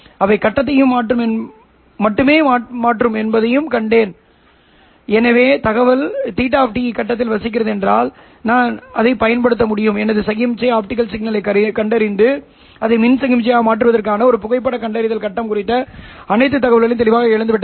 அவை கட்டத்தை மட்டுமே மாற்றும் என்பதைக் கண்டன எனவே தகவல் θ கட்டத்தில் வசிக்கிறதென்றால் நான் பயன்படுத்தினேன் எனது சமிக்ஞை ஆப்டிகல் சிக்னலைக் கண்டறிந்து அதை மின் சமிக்ஞையாக மாற்றுவதற்கான ஒரு புகைப்படக் கண்டறிதல் கட்டம் குறித்த அனைத்து தகவல்களையும் தெளிவாக இழந்துவிட்டது